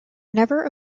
never